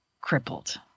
crippled